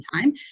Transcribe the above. time